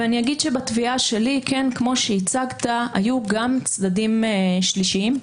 בתביעה שלי כמו שהצגת היו גם צדדים שלישיים.